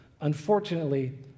Unfortunately